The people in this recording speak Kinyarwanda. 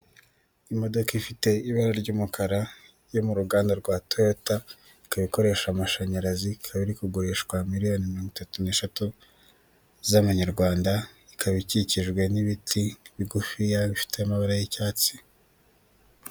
Imodoka ifite ibara ry'umukara yo mu ruganda rwa toyata, ikaba ikoresha amashanyarazi; ikaba iri kugurishwa miliyoni mirongo itatu n'eshatu z'amanyarwanda, ikaba ikikijwe n'ibiti bigufi bifite amabara y'icyatsi.